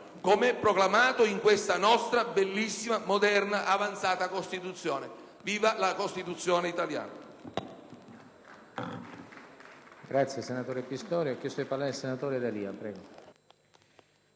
com'è proclamato in questa nostra bellissima, moderna, avanzata Costituzione. Viva la Costituzione italiana!